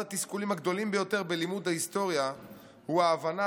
אחד התסכולים הגדולים ביותר בלימוד ההיסטוריה הוא ההבנה